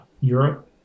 Europe